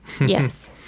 Yes